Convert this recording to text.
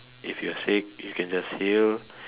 if you're sick you can just heal